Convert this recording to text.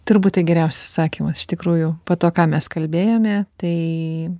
turbūt tai geriausias atsakymas iš tikrųjų po to ką mes kalbėjome tai